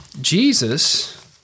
Jesus